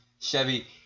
chevy